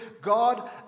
God